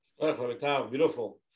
Beautiful